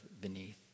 beneath